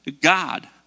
God